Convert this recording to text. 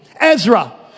Ezra